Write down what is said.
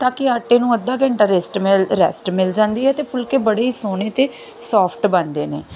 ਤਾਂ ਕਿ ਆਟੇ ਨੂੰ ਅੱਧਾ ਘੰਟਾ ਰੈਸਟ ਮਿਲ ਰੈਸਟ ਮਿਲ ਜਾਂਦੀ ਹੈ ਅਤੇ ਫੁਲਕੇ ਬੜੇ ਹੀ ਸੋਹਣੇ ਅਤੇ ਸੋਫਟ ਬਣਦੇ ਨੇ